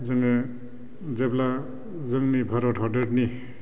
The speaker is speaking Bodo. जोङो जेब्ला जोंनि भारत हादोरनि